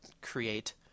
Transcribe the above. create